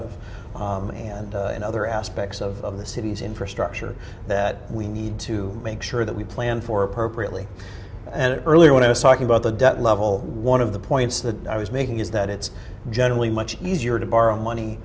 of and in other aspects of the city's infrastructure that we need to make sure that we plan for appropriately and earlier when i was talking about the debt level one of the points that i was making is that it's generally much easier to borrow money